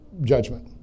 judgment